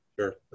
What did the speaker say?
Sure